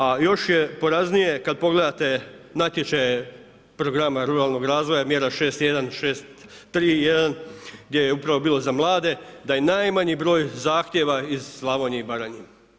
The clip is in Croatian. A još je poraznije kada pogledate natječaja Programa ruralnog razvoja mjera 6.1., 6.3.1. gdje je upravo bilo za mlade da je najmanji broj zahtjeva iz Slavonije i Baranje.